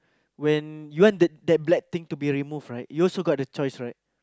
when you want the that black thing to be removed right you also got a choice right